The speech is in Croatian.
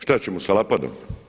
Šta ćemo sa Lapadom?